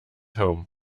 home